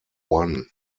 one